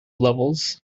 levels